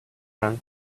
run